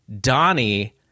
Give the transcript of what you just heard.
donnie